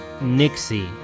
Nixie